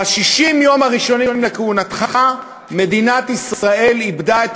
ב-60 היום הראשונים לכהונתך מדינת ישראל איבדה את